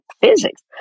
physics